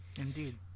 Indeed